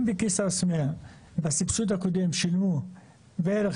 אם בכיסרא-סמיע בסבסוד הקודם שילמו בערך